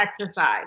exercise